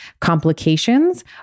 complications